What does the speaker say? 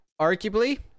arguably